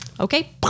okay